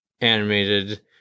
animated